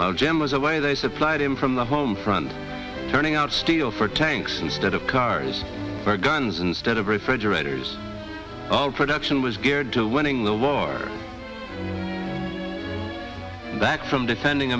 jim was away they supplied him from the home front turning out steel for tanks instead of cars for guns instead of refrigerators all production was geared to winning the war back from defending